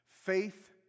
Faith